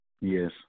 Yes